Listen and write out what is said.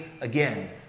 again